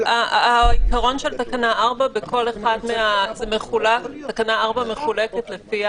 העיקרון של תקנה 4 תקנה 4 מחולקת לפי